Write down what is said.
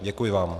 Děkuji vám.